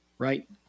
Right